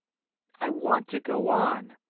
i want to go on.